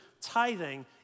tithing